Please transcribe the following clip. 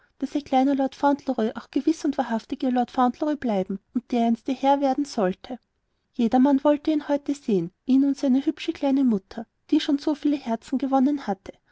kleiner lord fauntleroy auch gewiß und wahrhaftig ihr lord fauntleroy bleiben und dereinst ihr herr werden sollte jedermann wollte ihn heute sehen ihn und seine hübsche kleine mutter die schon so viele herzen gewonnen hatte